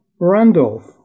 Randolph